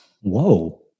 Whoa